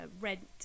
rent